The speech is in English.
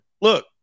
Look